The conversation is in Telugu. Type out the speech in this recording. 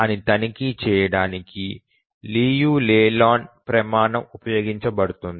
ఇది తనిఖీ చేయడానికి లియు లేలాండ్ ప్రమాణం ఉపయోగించబడుతుంది